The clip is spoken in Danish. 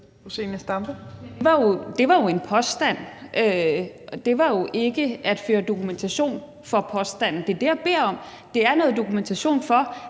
Det var jo en påstand, det var ikke at føre dokumentation for påstanden. Det er det, jeg beder om, altså noget dokumentation for,